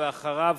ואחריו,